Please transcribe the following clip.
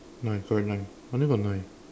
nine sorry nine I only got nine